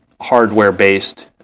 hardware-based